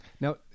Now